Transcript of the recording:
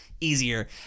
easier